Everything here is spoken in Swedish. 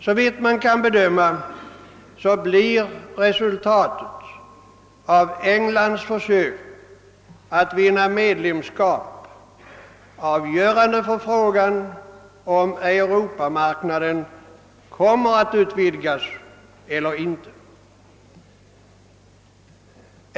Såvitt man kan bedöma blir resultatet av Englands försök att vinna medlemskap avgörande för frågan huruvida Europamarknaden kom mer att utvidgas eller inte.